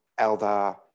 Eldar